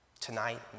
tonight